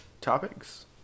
topics